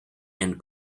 and